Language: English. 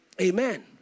Amen